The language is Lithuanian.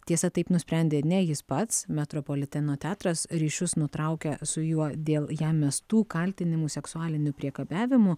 tiesa taip nusprendė ne jis pats metropoliteno teatras ryšius nutraukė su juo dėl jam mestų kaltinimų seksualiniu priekabiavimu